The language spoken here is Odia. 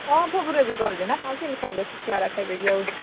ହଁ ଘୁଘୁନି ବି କରୁଛି ନା ଆ କେମିତି ଖାଇବେ ଶୁଖିଲା ଗୁଡ଼ା ଖାଇବେ କି ଆଉ